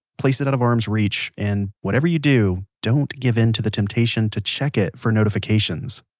place it out of arm's reach, and whatever you do, don't give into the temptation to check it for notifications